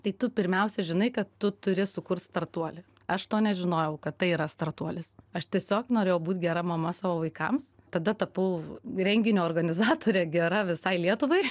tai tu pirmiausia žinai kad tu turi sukurt startuolį aš to nežinojau kad tai yra startuolis aš tiesiog norėjau būt gera mama savo vaikams tada tapau renginio organizatorė gera visai lietuvai